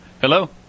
Hello